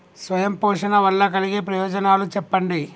స్వయం పోషణ వల్ల కలిగే ప్రయోజనాలు చెప్పండి?